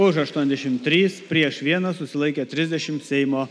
už aštuoniasdešim trys prieš vienas susilaikė trisdešim seimo